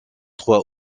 trois